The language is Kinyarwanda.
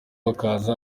akaza